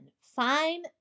Fine